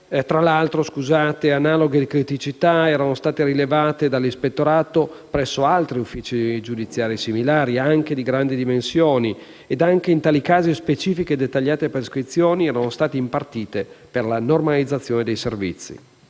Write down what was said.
Tra l'altro, analoghe criticità erano state rilevate dall'ispettorato presso altri uffici giudiziari similari, anche di grandi dimensioni, e anche in tali casi specifiche e dettagliate prescrizioni erano state impartite per la normalizzazione dei servizi.